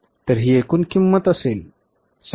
तर ही एकूण किंमत असेल